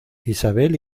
isabel